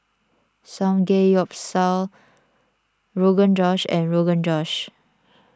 Samgeyopsal Rogan Josh and Rogan Josh